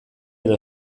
edo